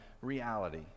reality